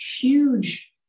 huge